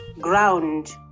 ground